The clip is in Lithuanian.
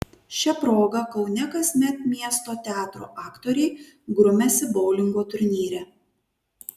šia proga kaune kasmet miesto teatrų aktoriai grumiasi boulingo turnyre